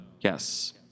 yes